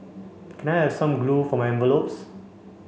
can I have some glue for my envelopes